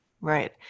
Right